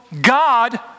God